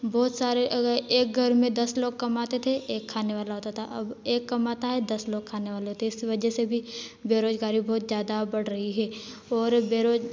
बहुत सारे अगर एक घर में दस लोग कमाते थे एक खाने वाला होता था अब एक कमाता है दस लोग खाने वाले होते हैं इस वजह से भी बेरोजगारी बहुत जादा बढ़ रही है और बेरोज